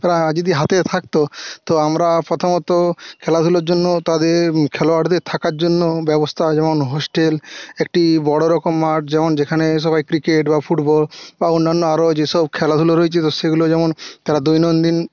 যদি হাতে থাকত তো আমরা প্রথমত খেলাধুলোর জন্য তাদের খেলোয়াড়দের থাকার জন্য ব্যবস্থা যেমন হোস্টেল একটি বড়ো রকম মাঠ যেমন যেখানে সবাই ক্রিকেট বা ফুটবল বা অন্যান্য আরো যে সব খেলাধুলো রয়েছে সেগুলো যেমন তারা দৈনন্দিন